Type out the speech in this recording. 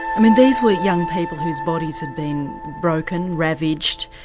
i mean these were young people whose bodies had been broken, ravaged,